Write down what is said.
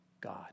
God